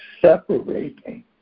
separating